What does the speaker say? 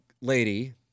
lady